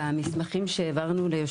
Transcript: שונים.